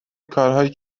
کارهایی